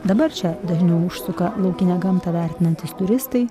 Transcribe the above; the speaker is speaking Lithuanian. dabar čia dažniau užsuka laukinę gamtą vertinantys turistai